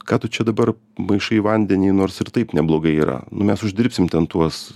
ką tu čia dabar maišai vandenį nors ir taip neblogai yra nu mes uždirbsim ten tuos